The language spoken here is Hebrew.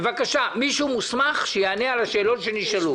בבקשה, מישהו מוסמך שיענה על השאלות שנשאלו פה.